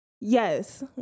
yes